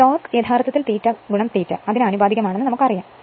torque യഥാർത്ഥത്തിൽ ∅∅ ന് ആനുപാതികമാണെന്ന് നമുക്കറിയാം